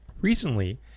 Recently